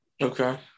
okay